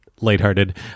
lighthearted